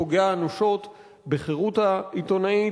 פוגע אנושות בחירות העיתונאית,